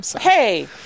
Hey